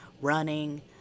running